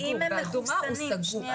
באדומה הוא סגור.